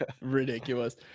ridiculous